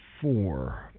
four